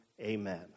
Amen